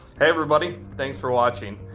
everybody. thanks for watching.